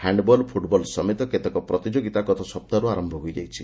handball football ସମେତ କେତେକ ପ୍ରତିଯୋଗିତା ଗତ ସପ୍ତାହରୁ ଆରମ୍ଭ ହୋଇଯାଇଛି